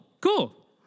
cool